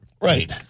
Right